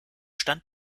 stand